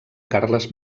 carles